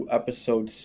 episode